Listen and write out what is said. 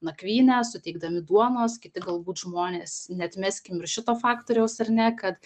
nakvynę suteikdami duonos kiti galbūt žmonės neatmeskim ir šito faktoriaus ar ne kad